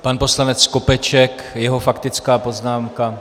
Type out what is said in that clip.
Pan poslanec Skopeček, jeho faktická poznámka.